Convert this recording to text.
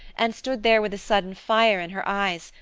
and stood there with a sudden fire in her eyes,